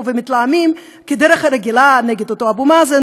ומתלהמים בדרך הרגילה נגד אותו אבו מאזן,